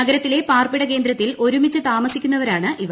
നഗരത്തിലെ പാർപ്പിട കേന്ദ്രത്തിൽ ഒരുമിച്ചു താമസിക്കു വന്നവരാണ് ഇവർ